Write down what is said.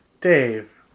Dave